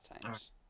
times